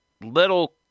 little